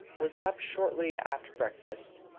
was up shortly after breakfast,